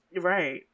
Right